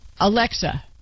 Alexa